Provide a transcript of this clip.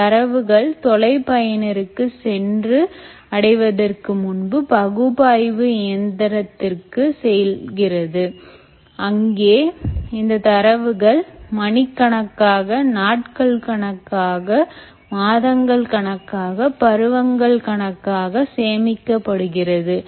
இந்த தரவுகள் தொலை பயனருக்கு சென்று அடைவதற்கு முன்பு பகுப்பாய்வு இயந்திரத்திற்கு செல்கிறது அங்கே இந்த தரவுகள் மணிக்கணக்காக நாட்கள் கணக்காக மாதங்கள் கணக்காக பருவங்கள் கணக்காக சேமிக்கப்படுகிறது